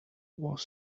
was